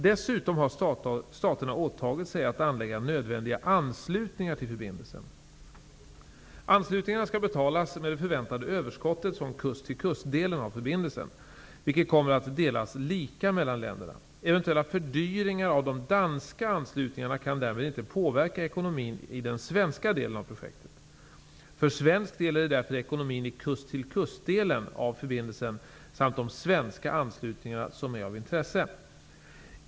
Dessutom har staterna åtagit sig att anlägga nödvändiga anslutningar till förbindelsen. Anslutningarna skall betalas med det förväntade överskottet från kust-till-kust-delen av förbindelsen, vilket kommer att delas lika mellan länderna. Eventuella fördyringar av de danska anslutningarna kan därmed inte påverka ekonomin i den svenska delen av projektet. För svensk del är det därför ekonomin i kust-till-kust-delen av förbindelsen samt de svenska anslutningarna som är av intresse.